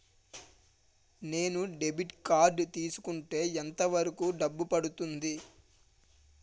నేను debit card తీసుకుంటే ఎంత వరకు డబ్బు పడుతుంది?